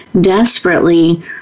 desperately